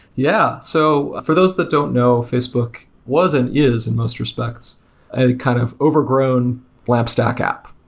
yeah. so, for those that don't know facebook was and is and most respects a kind of overgrown lamp stack app.